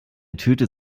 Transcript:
tüte